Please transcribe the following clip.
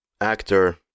actor